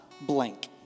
blank